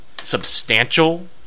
substantial